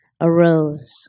arose